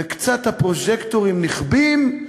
וקצת הפרוז'קטורים כבים,